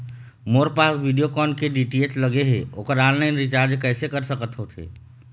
मोर पास वीडियोकॉन के डी.टी.एच लगे हे, ओकर ऑनलाइन रिचार्ज कैसे कर सकत होथे?